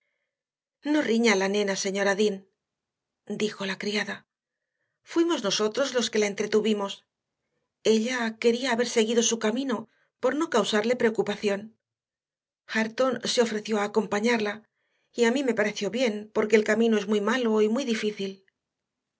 la nena señora dean dijo la criada fuimos nosotros los que la entretuvimos ella quería haber seguido su camino por no causarle preocupación hareton se ofreció a acompañarla y a mí me pareció bien porque el camino es muy malo y muy difícil